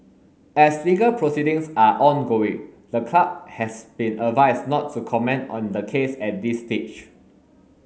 as legal proceedings are ongoing the club has been advised not to comment on the case at this stage